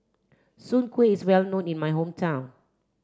Soon kway is well known in my hometown